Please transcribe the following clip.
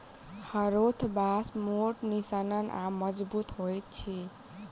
हरोथ बाँस मोट, निस्सन आ मजगुत होइत अछि